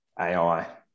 AI